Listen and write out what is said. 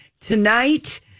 tonight